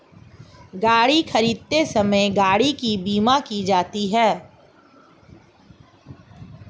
गाड़ी खरीदते समय गाड़ी की बीमा की जाती है